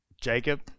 Jacob